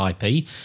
IP